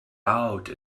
out